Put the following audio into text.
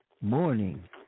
morning